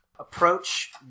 approach